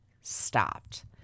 stopped